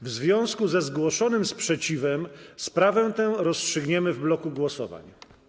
W związku ze zgłoszonym sprzeciwem sprawę tę rozstrzygniemy w bloku głosowań.